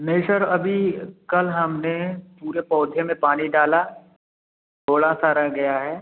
नहीं सर अभी कल हमने पूरे पौधे में पानी डाला थोड़ा सा रह गया है